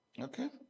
Okay